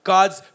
God's